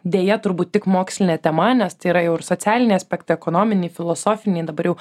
deja turbūt tik mokslinė tema nes tai yra jau ir socialiniai aspektai ekonominiai filosofiniai dabar jau